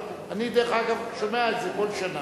אני, דרך אגב, שומע את זה כל שנה.